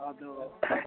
ᱟᱫᱚ